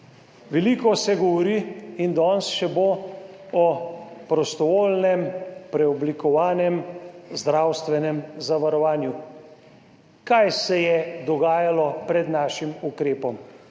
Veliko se govori in se danes še bo o prostovoljnem, preoblikovanem zdravstvenem zavarovanju. Kaj se je dogajalo pred našim ukrepom?